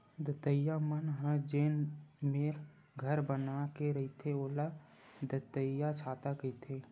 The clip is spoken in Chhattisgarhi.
दतइया मन ह जेन मेर घर बना के रहिथे ओला दतइयाछाता कहिथे